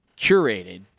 curated